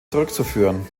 zurückzuführen